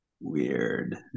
Weird